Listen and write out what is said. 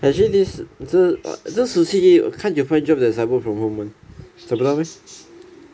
actually this 这这时期 hard to find job that's like work from home [one] 找不到 meh